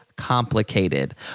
complicated